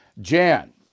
Jan